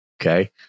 Okay